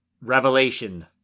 revelation